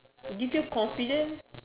give you confidence